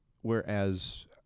whereas